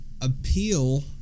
appeal